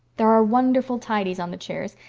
there are wonderful tidies on the chairs,